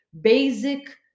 basic